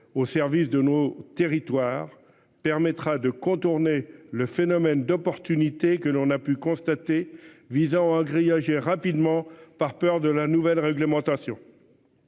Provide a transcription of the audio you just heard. au service de nos territoires permettra de contourner le phénomène d'opportunités que l'on a pu constater visant à grillager rapidement par peur de la nouvelle réglementation.